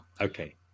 okay